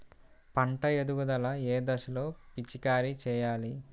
పంట ఎదుగుదల ఏ దశలో పిచికారీ చేయాలి?